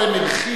אבל הם הרחיבו.